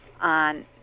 on